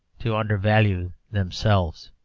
to undervalue themselves.